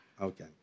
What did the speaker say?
Okay